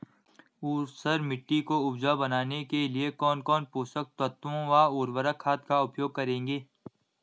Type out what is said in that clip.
ऊसर मिट्टी को उपजाऊ बनाने के लिए कौन कौन पोषक तत्वों व उर्वरक खाद का उपयोग करेंगे?